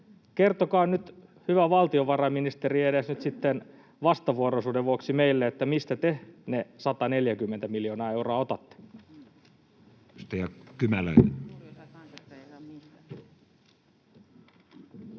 Kertokaa, hyvä valtiovarainministeri, edes nyt sitten vastavuoroisuuden vuoksi meille: mistä te ne 140 miljoonaa euroa otatte? [Speech